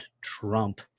Trump